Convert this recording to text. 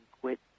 quit